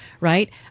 right